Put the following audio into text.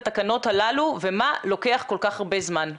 את התקנות הללו ומה לוקח כל כך הרבה זמן.